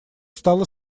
стало